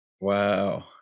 Wow